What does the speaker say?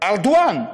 על ארדואן,